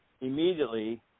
Immediately